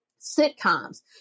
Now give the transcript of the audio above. sitcoms